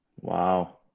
Wow